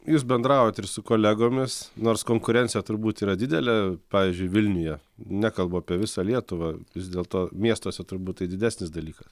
jūs bendraujat ir su kolegomis nors konkurencija turbūt yra didelė pavyzdžiui vilniuje nekalbu apie visą lietuvą vis dėlto miestuose turbūt tai didesnis dalykas